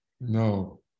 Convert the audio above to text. No